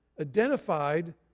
identified